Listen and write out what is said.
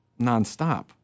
nonstop